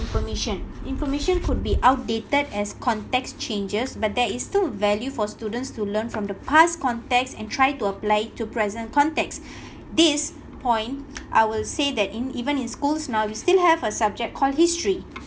information information could be outdated as context changes but there is still value for students to learn from the past context and try to apply to present context this point I will say that in even in schools now you still have a subject call history